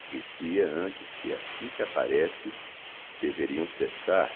dir-se-ia antes que assim que apparece deveriam cessar